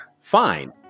fine